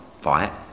fight